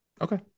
Okay